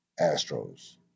Astros